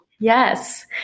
Yes